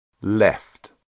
left